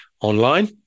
online